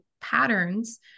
patterns